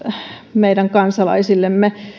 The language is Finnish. meidän kansalaisillemme